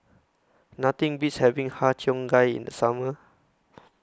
Nothing Beats having Har Cheong Gai in The Summer